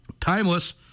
timeless